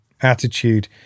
attitude